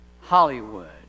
Hollywood